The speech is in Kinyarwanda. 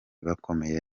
bakomeye